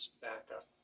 backup